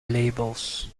labels